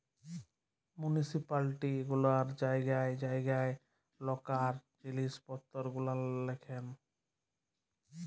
municipality গুলান জায়গায় জায়গায় লকাল জিলিস পত্তর গুলান দেখেল